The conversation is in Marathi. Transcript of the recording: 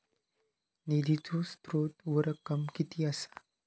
निधीचो स्त्रोत व रक्कम कीती असा?